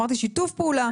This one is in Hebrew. אמרתי שיתוף פעולה,